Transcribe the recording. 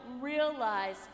realize